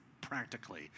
practically